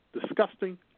disgusting